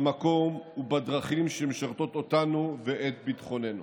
במקום ובדרכים שמשרתות אותנו ואת ביטחוננו.